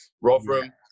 Rotherham